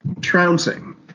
trouncing